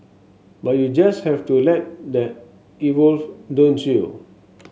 but you just have to let that evolve don't you